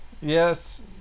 yes